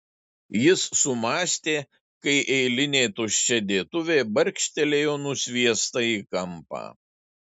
jis sumąstė kai eilinė tuščia dėtuvė barkštelėjo nusviesta į kampą